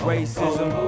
Racism